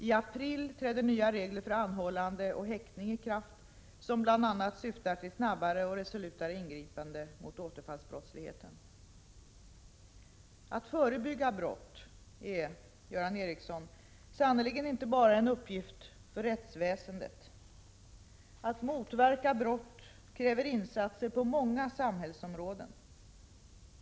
I april träder nya regler för anhållande och häktning i kraft, som bl.a. syftar till snabbare och resolutare ingripanden mot återfallsbrottslighet. Att förebygga brott är, Göran Ericsson, sannerligen inte bara en uppgift för rättsväsendet. Att motverka brott kräver insatser på många samhällsområden.